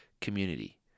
community